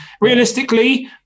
Realistically